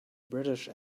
british